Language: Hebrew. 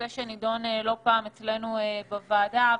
נדונו לא פעם אצלנו בוועדה,